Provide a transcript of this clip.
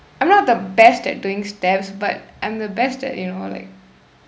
I'm not the best at doing steps but I'm the best at you know like